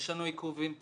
יש לנו עיכובים טכניים,